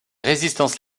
résistances